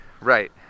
Right